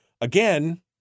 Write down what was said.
Again